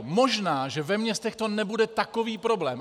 Možná že ve městech to nebude takový problém.